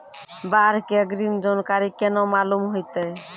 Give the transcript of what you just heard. बाढ़ के अग्रिम जानकारी केना मालूम होइतै?